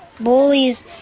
Bullies